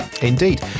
Indeed